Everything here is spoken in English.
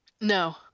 No